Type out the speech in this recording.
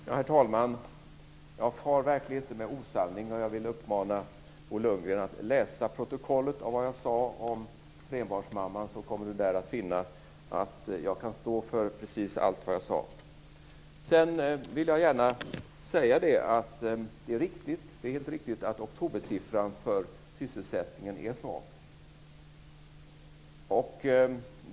Herr talman! Jag far verkligen inte med osanning. Jag vill uppmana Bo Lundgren att läsa i protokollet vad jag sade om trebarnsmamman. Där kommer han att finna att jag kan stå för precis allt det jag sade. Sedan vill jag gärna säga att det är riktigt att oktobersiffran för sysselsättningen är svag.